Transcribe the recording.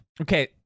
Okay